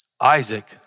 Isaac